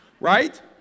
Right